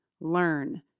learn